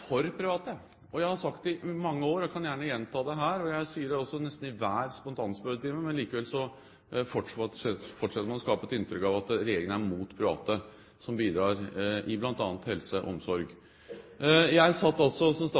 Jeg har sagt det i mange år, og jeg kan gjerne gjenta det her. Jeg sier det også i nesten hver spontanspørretime, men likevel fortsetter man å skape et inntrykk av at regjeringen er mot private som bidrar i bl.a. helse og omsorg. Jeg satt som